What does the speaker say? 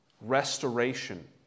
restoration